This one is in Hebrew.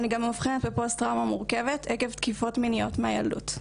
אני גם מאובחנת בפוסט טראומה מורכבת עקב תקיפות מיניות מהילדות.